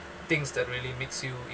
things that really makes you